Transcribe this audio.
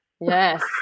yes